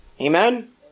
Amen